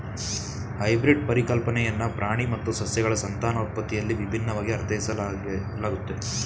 hybrid ಪರಿಕಲ್ಪನೆಯನ್ನ ಪ್ರಾಣಿ ಮತ್ತು ಸಸ್ಯಗಳ ಸಂತಾನೋತ್ಪತ್ತಿಯಲ್ಲಿ ವಿಭಿನ್ನವಾಗಿ ಅರ್ಥೈಸಲಾಗುತ್ತೆ